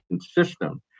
system